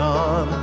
on